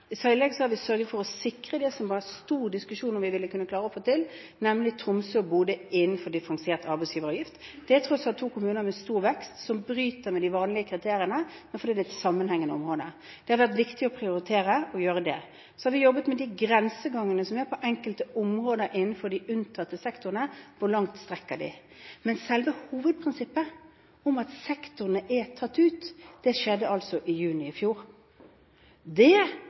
har vi sørget for å sikre det som det var stor diskusjon om vi ville kunne klare å få til, nemlig Tromsø og Bodø innenfor differensiert arbeidsgiveravgift. Det er tross alt to kommuner med stor vekst, som bryter med de vanlige kriteriene, men det er et sammenhengende område. Det har vært viktig å prioritere å gjøre det. Så har vi jobbet med de grensegangene som vi har på enkelte områder innenfor de unntatte sektorene – hvor langt strekker de seg? Men selve hovedprinsippet om at sektorene er tatt ut, skjedde altså i juni i fjor. Det